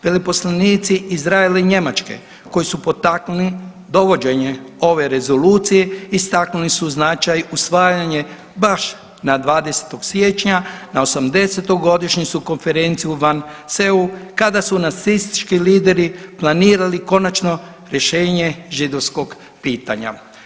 Veleposlanici Izraela i Njemačke koji su potaknuli dovođenje ove rezolucije istaknuli su značaj usvajanja baš na 20. siječnja na 80-tu godišnjicu konferencije u Wannseeu kada su nacistički lideri planirali konačno rješenje židovskog pitanja.